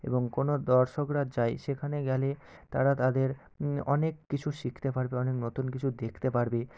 এবং কোনো দর্শকরা যায় সেখানে গেলে তারা তাদের অনেক কিছু শিখতে পারবে অনেক নতুন কিছু দেখতে পারবে